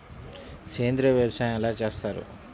సేంద్రీయ వ్యవసాయం ఎలా చేస్తారు?